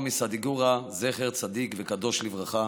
זכר צדיק וקדוש לברכה,